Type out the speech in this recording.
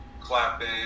clapping